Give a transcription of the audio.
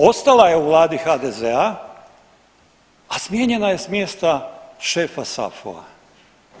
Ostala je u vladi HDZ-a, a smijenjena je s mjesta šefa SAFU-a.